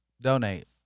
donate